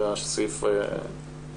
יש סעיף בהמשך.